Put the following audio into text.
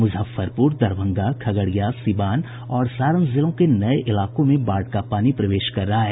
मुजफ्फरपुर दरभंगा खगड़िया सीवान और सारण जिलों के नये इलाकों में बाढ़ का पानी प्रवेश कर रहा है